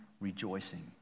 rejoicing